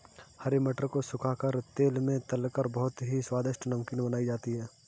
हरे मटर को सुखा कर तेल में तलकर बहुत ही स्वादिष्ट नमकीन बनाई जाती है